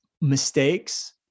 mistakes